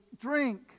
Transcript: drink